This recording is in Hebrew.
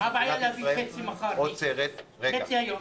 -- מה הבעיה להביא חצי מחר וחצי היום?